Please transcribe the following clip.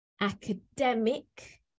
academic